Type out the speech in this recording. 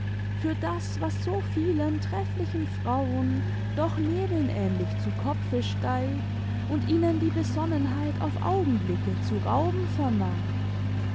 für das was so vielen trefflichen frauen doch nebeln ähnlich zu kopfe steigt und ihnen die besonnenheit auf augenblicke zu rauben vermag